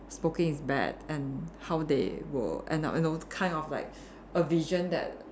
smoking is bad and how they will end up you know it's kind of like a vision that